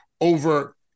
over